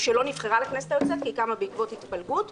או שלא נבחרה לכנסת היוצאת כי היא קמה בעקבות התפלגות,